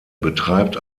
betreibt